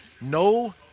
No